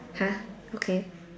!huh! okay